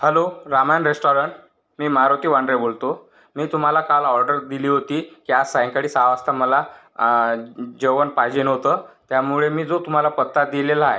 hello Ramayan restaurant मी मारुती वांड्रे बोलतो मी तुम्हाला काल ऑर्डर दिली होती की आज सायंकाळी सहा वाजता मला जेवण पाहिजे होतं त्यामुळे मी जो तुम्हाला पत्ता दिलेला आहे